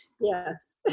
yes